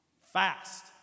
Fast